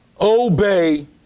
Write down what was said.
Obey